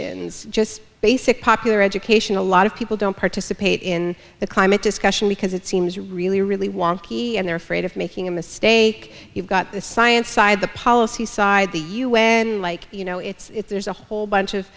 ins just basic popular education a lot of people don't participate in the climate discussion because it seems you really really want key and they're afraid of making a mistake you've got the science side the policy side the u n and like you know it's there's a whole bunch of